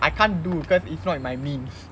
I can't do cause is not in my means